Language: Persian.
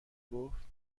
گفت